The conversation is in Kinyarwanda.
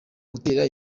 gutera